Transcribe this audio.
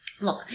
Look